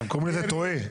הם קוראים לזה ירי תועה.